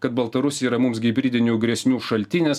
kad baltarusija yra mums gibridinių grėsmių šaltinis